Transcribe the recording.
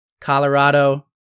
Colorado